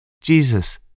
Jesus